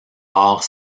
barre